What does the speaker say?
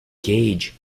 gauge